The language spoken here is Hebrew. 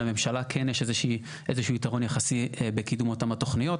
לממשלה כן יש איזה שהוא יתרון יחסי בקידום אותן התוכניות.